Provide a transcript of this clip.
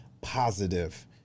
positive